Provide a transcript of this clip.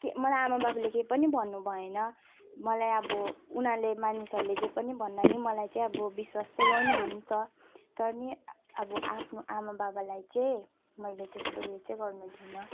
के मलाई आमा बाबाले के पनि भन्नु भएन मलाई अब उनीहरूले मानिसहरूले जे पनि भन्दा पनि मलाई चाहिँ अब विश्वास चाहिँ गर्नुहुन्छ तर पनि अब आफ्नो आमा बाबालाई चाहिँ मैले त्यस्तो उयो चाहिँ गर्नु थिएन